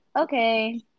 Okay